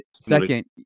second